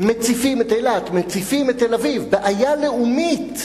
מציפים את אילת, מציפים את תל-אביב, בעיה לאומית.